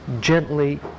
gently